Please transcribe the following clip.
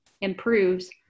improves